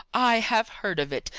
i have heard of it.